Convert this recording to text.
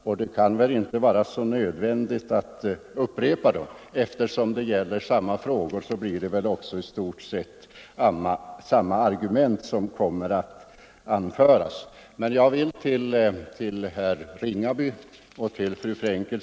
Jag tycker därför inte att det kan vara nödvändigt att upprepa dem; eftersom diskussionen gäller samma frågor som tidigare blir det i stort sett samma argument som kommer att anföras nu som tidigare. Men jag vill ändå säga några ord till herr Ringaby och fru Frenkel.